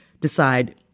decide